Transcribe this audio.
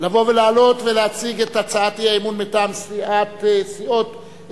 לבוא ולעלות ולהציג את הצעת האי-אמון מטעם סיעות מרצ